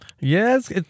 Yes